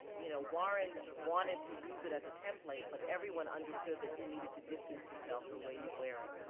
you know, warren wanted to use it as a template, but everyone understood that you needed to distance yourself from waties waring,